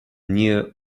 near